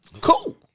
Cool